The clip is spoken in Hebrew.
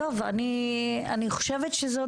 טוב, אני חושבת שזאת